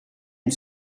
une